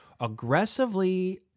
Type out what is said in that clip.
aggressively